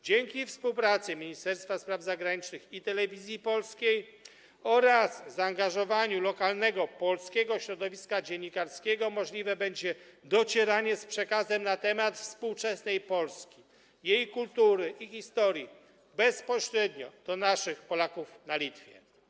Dzięki współpracy Ministerstwa Spraw Zagranicznych i Telewizji Polskiej oraz zaangażowaniu lokalnego polskiego środowiska dziennikarskiego możliwe będzie docieranie z przekazem na temat współczesnej Polski, jej kultury i historii bezpośrednio do Polaków na Litwie.